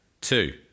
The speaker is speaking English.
Two